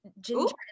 ginger